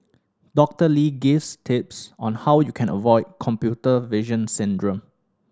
Doctor Lee gives tips on how you can avoid computer vision syndrome